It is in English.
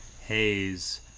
Haze